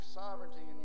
sovereignty